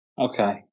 Okay